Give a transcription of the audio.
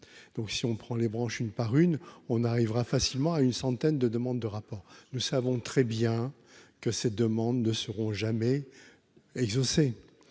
donc si on prend les branches, une par une, on arrivera facilement à une centaine de demandes de rapport, nous savons très bien que cette demande de seront jamais exaucé,